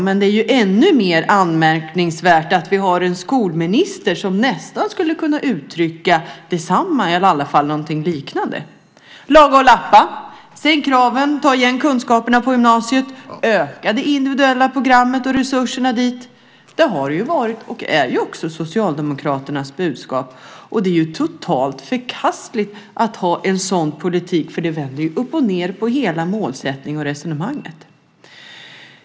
Men det är ännu mer anmärkningsvärt att vi har en skolminister som skulle kunna uttrycka något liknande. Laga och lappa, sänk kraven, ta igen kunskaperna på gymnasiet, öka det individuella programmet och resurserna dit, har ju varit och är Socialdemokraternas budskap. Det är totalt förkastligt att ha en sådan politik. Det vänder ju upp och ned på hela målsättningen och resonemanget.